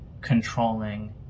controlling